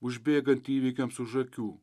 užbėgant įvykiams už akių